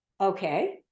okay